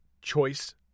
choice